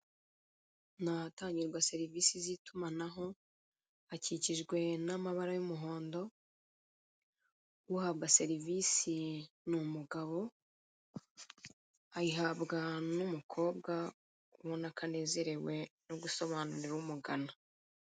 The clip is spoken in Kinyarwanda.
Ni ahatangirwa serivisi z'itumanaho, uhabwa serivisi ni umugabo, ayihabwa n'umukobwa ubona ko anezerewe no gusobanurira umugana.